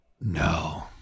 No